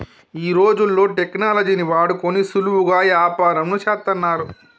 ఈ రోజుల్లో టెక్నాలజీని వాడుకొని సులువుగా యాపారంను చేత్తన్నారు